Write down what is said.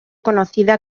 conocida